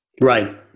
Right